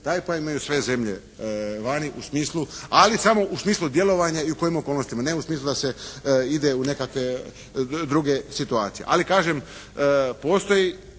taj pojam imaju sve zemlje vani u smislu, ali samo u smislu djelovanja i u kojim okolnostima, ne u smislu da se ide u nekakve druge situacije. Ali kažem, postoji